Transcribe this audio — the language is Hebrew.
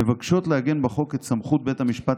מבקשות לעגן בחוק את סמכות בית המשפט